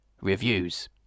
reviews